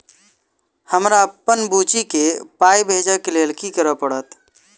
हमरा अप्पन बुची केँ पाई भेजइ केँ लेल की करऽ पड़त?